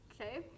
Okay